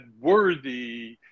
Worthy